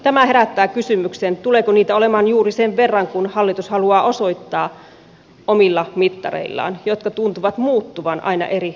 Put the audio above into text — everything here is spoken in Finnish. tämä herättää kysymyksen tuleeko niitä olemaan juuri sen verran kuin hallitus haluaa osoittaa omilla mittareillaan jotka tuntuvat muuttuvan aina eri esityksissä